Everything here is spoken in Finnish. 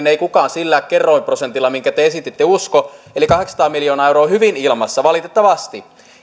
ei kukaan sillä kerroinprosentilla minkä te esititte usko eli kahdeksansataa miljoonaa euroa on hyvin ilmassa valitettavasti nämä